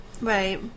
Right